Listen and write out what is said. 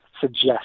suggest